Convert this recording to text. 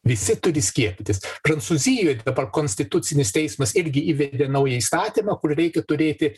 visi turi skiepytis prancūzijoj dabar konstitucinis teismas irgi įvedė naują įstatymą kur reikia turėti